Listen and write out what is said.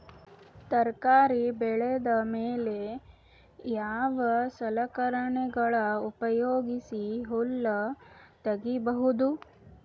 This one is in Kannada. ತರಕಾರಿ ಬೆಳದ ಮೇಲೆ ಯಾವ ಸಲಕರಣೆಗಳ ಉಪಯೋಗಿಸಿ ಹುಲ್ಲ ತಗಿಬಹುದು?